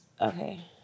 Okay